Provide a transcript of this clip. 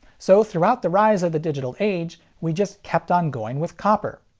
so, throughout the rise of the digital age, we just kept on going with copper.